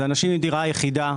אלה אנשים עם דירה יחידה.